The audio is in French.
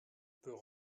peut